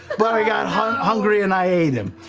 but i got hungry and i ate him.